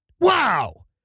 Wow